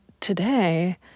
today